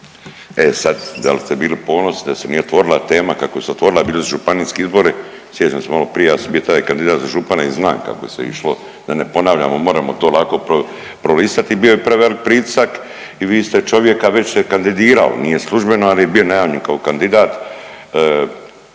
E sad dal ste bili ponosni i da se nije otvorila tema kako se je otvorila, bili su županijski izbori, sjećam se maloprije ja sam bio taj kandidat za župana i znam kako je sve išlo da ne ponavljamo, moremo to lako pro, prolistati. Bio je prevelik pritisak i vi ste čovjeka, već se kandidirao, nije službeno, ali je bio najavljen kao kandidat,